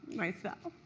myself.